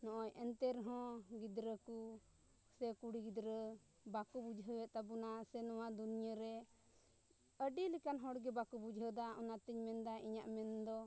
ᱱᱚᱜᱼᱚᱭ ᱮᱱᱛᱮ ᱨᱮᱦᱚᱸ ᱜᱤᱫᱽᱨᱟᱹ ᱠᱚ ᱥᱮ ᱠᱩᱲᱤ ᱜᱤᱫᱽᱨᱟᱹ ᱵᱟᱠᱚ ᱵᱩᱡᱷᱟᱹᱣᱮᱫ ᱛᱟᱵᱚᱱᱟ ᱥᱮ ᱱᱚᱣᱟ ᱫᱩᱱᱤᱭᱟᱹ ᱨᱮ ᱟᱹᱰᱤ ᱞᱮᱠᱟᱱ ᱦᱚᱲᱜᱮ ᱵᱟᱠᱚ ᱵᱩᱡᱷᱟᱹᱣᱫᱟ ᱚᱱᱟᱛᱮᱧ ᱢᱮᱱᱫᱟ ᱤᱧᱟᱹᱜ ᱢᱮᱱᱫᱚ